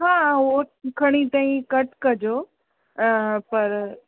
हा ओ खणी तव्हीं कट कजो पर